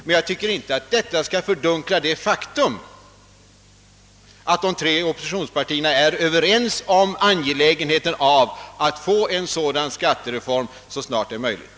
Men jag tycker inte att detta skall fördunkla det fak tum, att de tre oppositionspartierna är överens om angelägenheten av att få till stånd en reform så snart det är möjligt.